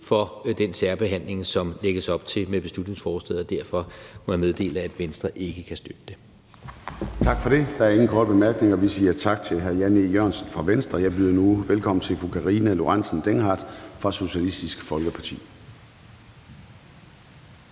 for den særbehandling, som der lægges op til med beslutningsforslaget. Derfor må jeg meddele, at Venstre ikke kan støtte det. Kl. 13:42 Formanden (Søren Gade): Tak for det. Der er ingen korte bemærkninger. Vi siger tak til hr. Jan E. Jørgensen fra Venstre. Jeg byder nu velkommen til fru Karina Lorentzen Dehnhardt fra Socialistisk Folkeparti.